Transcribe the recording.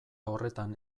horretan